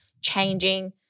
changing